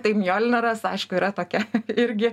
tai mjolneras aišku yra tokia irgi